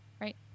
right